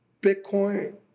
Bitcoin